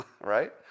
right